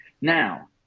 Now